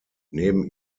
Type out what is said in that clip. neben